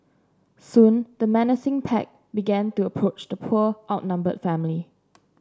soon the menacing pack began to approach the poor outnumbered family